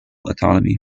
autonomy